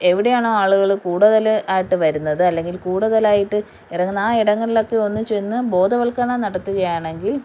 എവിടെയാണോ ആളുകൾ കൂടുതൽ ആയിട്ട് വരുന്നത് അല്ലെങ്കിൽ കൂടുതലായിട്ട് ഇറങ്ങുന്ന ആ ഇടങ്ങളിലൊക്കെ ഒന്ന് ചെന്ന് ബോധവൽക്കരണം നടത്തുകയാണെങ്കിൽ